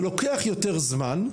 זה לוקח יותר זמן,